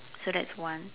so that's one